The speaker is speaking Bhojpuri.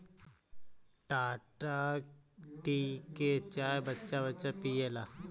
टाटा टी के चाय बच्चा बच्चा पियेला